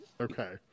Okay